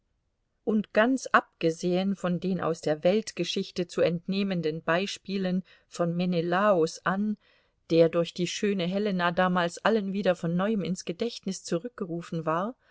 und ganz abgesehen von den aus der weltgeschichte zu entnehmenden beispielen von menelaus an der durch die schöne helena damals allen wieder von neuem ins gedächtnis zurückgerufen war